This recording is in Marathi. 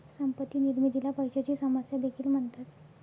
संपत्ती निर्मितीला पैशाची समस्या देखील म्हणतात